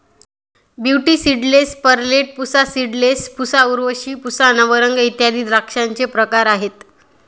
beauty seedless, Perlette, Pusa seedless, Pusa Urvashi, Pusa Navrang इत्यादी द्राक्षांचे प्रकार आहेत